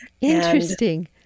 Interesting